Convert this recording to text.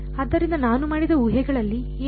ಆದ್ದರಿಂದ ನಾನು ಮಾಡಿದ ಉಹೆಗಳಲ್ಲಿ ಏನು